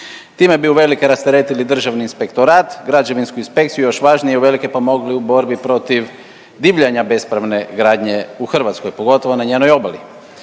Time bi uvelike rasteretili Državni inspektorat, Građevinsku inspekciju i još važnije uvelike pomogli u borbi protiv divljanja bespravne gradnje u Hrvatskoj, pogotovo na njenoj obali.